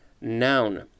Noun